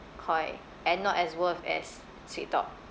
Koi and not as worth as Sweettalk